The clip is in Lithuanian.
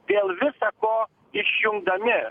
dėl visa ko išjungdami